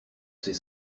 sait